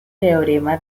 teorema